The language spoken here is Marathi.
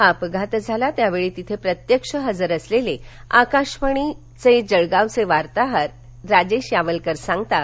हा अपघात झाला त्यावेळी तिथे प्रत्यक्ष हजर असलेले आकाशवाणीचे जळगावचे वार्ताहर राजेश यावलकर सांगतात